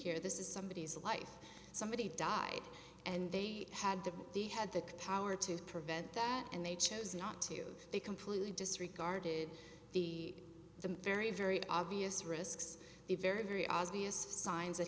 here this is somebodies life somebody died and they had to he had the power to prevent that and they chose not to they completely disregarded the the very very obvious risks the very very obvious signs that